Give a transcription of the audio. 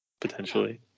potentially